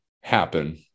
happen